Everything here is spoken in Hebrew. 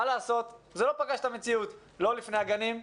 מה לעשות, זה לא פגש את המציאות לא לפני הגנים,